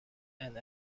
and